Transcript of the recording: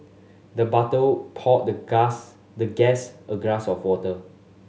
the poured the the guest a glass of water